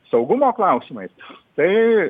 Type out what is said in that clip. saugumo klausimais tai